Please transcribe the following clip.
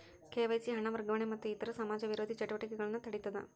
KYC ಹಣ ವರ್ಗಾವಣೆ ಮತ್ತ ಇತರ ಸಮಾಜ ವಿರೋಧಿ ಚಟುವಟಿಕೆಗಳನ್ನ ತಡೇತದ